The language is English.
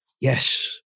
yes